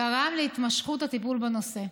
גרם להתמשכות הטיפול בנושא.